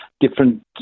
different